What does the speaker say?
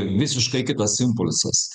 visiškai kitas impulsas